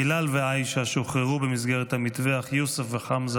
בילאל ועיישה שוחררו במסגרת המתווה, אך יוסף וחמזה